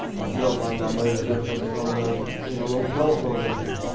i felt like i made a difference on that you know little telephone issue.